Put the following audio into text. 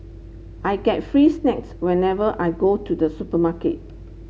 I get free snacks whenever I go to the supermarket